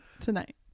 Tonight